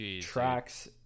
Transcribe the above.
tracks